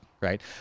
right